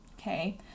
okay